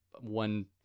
one